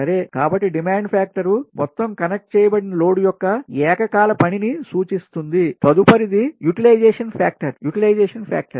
కాబట్టి demand factor మొత్తం connect చేయబడిన లోడ్ యొక్క ఏకకాల పనిని సూచిస్తుంది తదుపరిది యుటిలైజేషన్ ఫ్యాక్టర్ యుటిలైజేషన్ ఫ్యాక్టర్